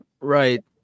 Right